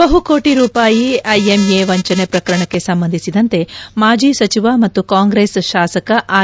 ಬಹುಕೋಟಿ ರೂಪಾಯಿ ಐಎಂಎ ವಂಚನೆ ಪ್ರಕರಣಕ್ಕೆ ಸಂಬಂಧಿಸಿದಂತೆ ಮಾಜಿ ಸಚಿವ ಮತ್ತು ಕಾಂಗ್ರೆಸ್ ಶಾಸಕ ಆರ್